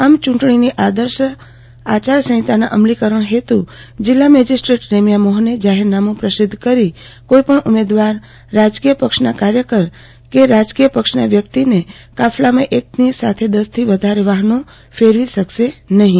આમ ચૂંટણીની આદર્શ આચારસંફિતાના અમલીકરણ હેતુ જિલ્લા મેજીસ્ટ્રેટ રેમ્યા મોફને જાહેરનામુ પ્રસિદ્ધ કરી કોઇપણ ઉમેદવાર રાજકીય પક્ષના કાર્યકર કે રાજકીય પક્ષના વ્યક્તિ કાફલામાં એક સાથે દસથી વધુ વાફનો ફેરવી શકશે નફીં